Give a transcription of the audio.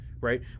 right